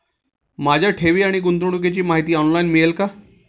माझ्या ठेवी आणि गुंतवणुकीची माहिती ऑनलाइन मिळेल का?